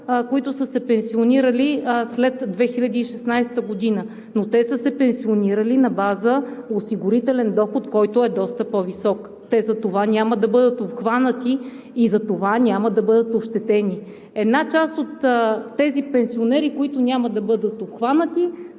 които са се пенсионирали след 2016 г., но те са се пенсионирали на база осигурителен доход, който е доста по-висок. Те затова няма да бъдат обхванати и затова няма да бъдат ощетени. Една част от тези пенсионери, които няма да бъдат обхванати,